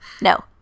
No